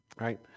right